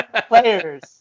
players